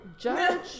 Judge